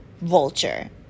vulture